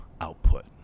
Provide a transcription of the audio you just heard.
output